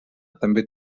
també